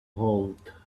hold